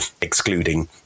excluding